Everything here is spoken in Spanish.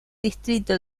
distrito